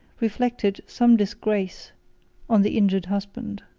reflected some disgrace on the injured husband.